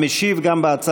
של חברי הכנסת מיקי רוזנטל,